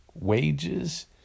wages